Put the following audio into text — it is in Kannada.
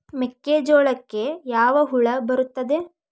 ಮೆಕ್ಕೆಜೋಳಕ್ಕೆ ಯಾವ ಹುಳ ಬರುತ್ತದೆ?